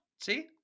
See